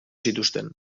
zituzten